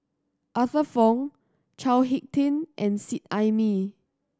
Arthur Fong Chao Hick Tin and Seet Ai Mee